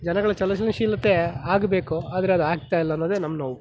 ಜನಗಳ ಚಲನಶೀಲತೆ ಆಗಬೇಕು ಆದರೆ ಅದು ಆಗ್ತಾಯಿಲ್ಲ ಅನ್ನೋದೆ ನಮ್ಮ ನೋವು